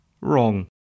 Wrong